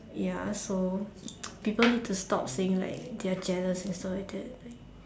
ya so people need to stop saying like they're jealous and stuff like that like